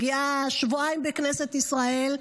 שבועיים בכנסת ישראל,